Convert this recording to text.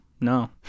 No